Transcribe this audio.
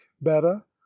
better